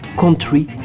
Country